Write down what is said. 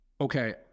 okay